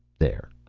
there.